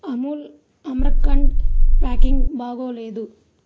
Amul Amrakhand packing బాగోలేదు